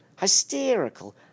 hysterical